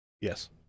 Yes